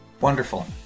Wonderful